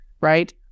right